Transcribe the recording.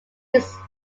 used